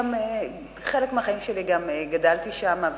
חלק מהחיים שלי גם גדלתי שמה,